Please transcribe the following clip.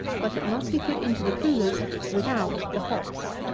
but it must be put into the coolers without the hops.